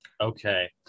Okay